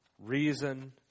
Reason